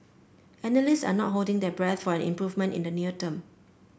analysts are not holding their breath for an improvement in the near term